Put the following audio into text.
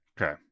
okay